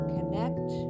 Connect